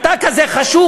אתה כזה חשוך,